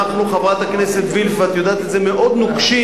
חברת הכנסת וילף, ואת יודעת את זה, מאוד נוקשים,